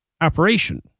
operation